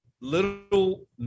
little